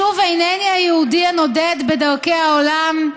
שוב אינני היהודי הנודד בדרכי העולם,